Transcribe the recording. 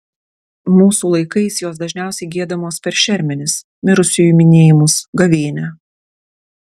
mūsų laikais jos dažniausiai giedamos per šermenis mirusiųjų minėjimus gavėnią